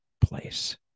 place